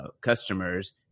customers